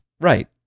Right